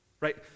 Right